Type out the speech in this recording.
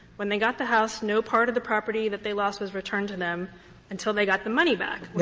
when they got the house, no part of the property that they lost was returned to them until they got the money back.